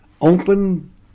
open